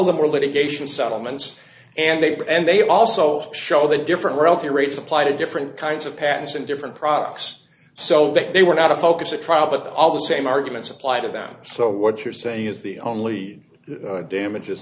of them are litigation settlements and they and they also show the different world the rates apply to different kinds of patents and different products so that they were not a focus at trial but all the same arguments apply to them so what you're saying is the only damages